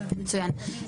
מצוין.